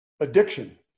Addiction